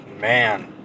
man